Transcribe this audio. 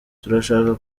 turashaka